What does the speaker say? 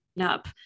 up